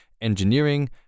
engineering